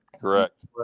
Correct